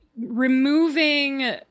removing